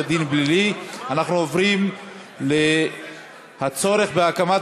אנחנו עוברים להצעה לסדר-היום בנושא: הצורך בהקמת